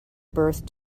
birth